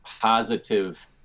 positive